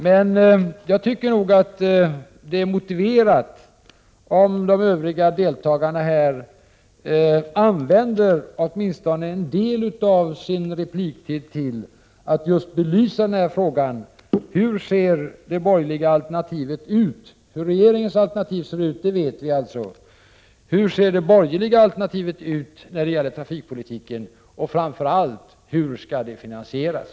Men jag tycker att det är motiverat att de övriga deltagarna i debatten använder åtminstone en del av sin repliktid till att belysa hur det borgerliga alternativet beträffande trafikpolitiken ser ut. Hur regeringens alternativ ser ut vet vi alltså. Framför allt: Hur skall det borgerliga alternativet finansieras?